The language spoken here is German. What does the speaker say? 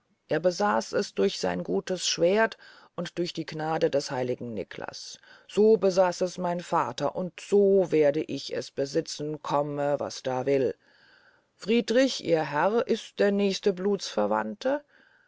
er besaß es durch sein gutes schwerd und durch die gnade des heiligen niklas so besaß es mein vater und so werde ich es besitzen komme was kommen will friedrich ihr herr ist der nächste blutsverwandte